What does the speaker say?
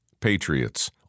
patriots